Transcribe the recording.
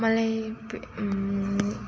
मलाई